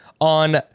on